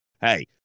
hey